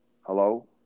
Hello